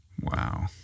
Wow